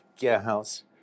GearHouse